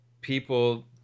people